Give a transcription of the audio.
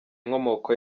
inkomoko